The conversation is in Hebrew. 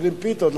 אוכלים פיתות,